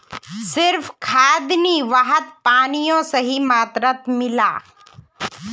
सिर्फ खाद नी वहात पानियों सही मात्रात मिला